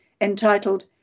entitled